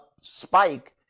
spike